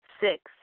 Six